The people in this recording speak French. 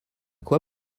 quoi